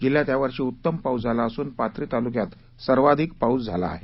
जिल्ह्यात यावर्षी उत्तम पाऊस झाला असून पाथरी तालुक्यात सर्वाधिक पाऊस झाला आहे